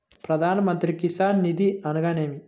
ప్రధాన మంత్రి కిసాన్ నిధి అనగా నేమి?